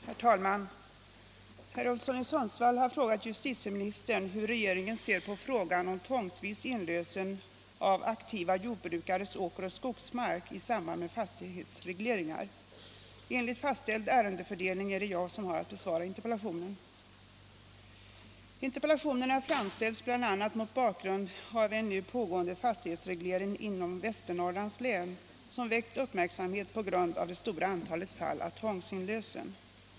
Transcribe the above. Herr talman! Herr Olsson i Sundsvall har frågat justitieministern hur regeringen ser på frågan om tvångsvis inlösen av aktiva jordbrukares åkeroch skogsmark i samband med fastighetsregleringar. Enligt fastställd ärendefördelning är det jag som har att besvara interpellationen. Interpellationen har framställts bl.a. mot bakgrund av en nu pågående fastighetsreglering inom Västernorrlands län, som väckt uppmärksamhet på grund av det stora antalet fall av tvångsinlösen.